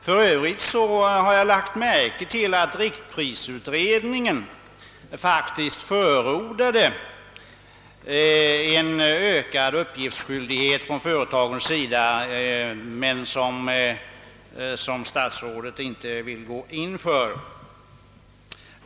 För övrigt har jag lagt märke till att riktprisutredningen faktiskt förordade en ökad uppgiftsskyldighet från företagens sida, vilket emellertid statsrådet inte vill gå in för.